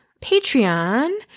Patreon